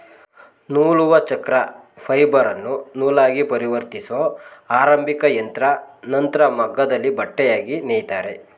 ನೂಲುವಚಕ್ರ ಫೈಬರನ್ನು ನೂಲಾಗಿಪರಿವರ್ತಿಸೊ ಆರಂಭಿಕಯಂತ್ರ ನಂತ್ರ ಮಗ್ಗದಲ್ಲಿ ಬಟ್ಟೆಯಾಗಿ ನೇಯ್ತಾರೆ